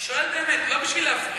אני שואל באמת, לא בשביל להפריע.